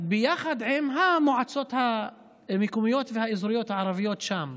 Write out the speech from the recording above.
ביחד עם המועצות המקומיות והאזוריות שם,